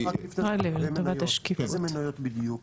רק לפני זה, איזה מניות בדיוק?